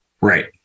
Right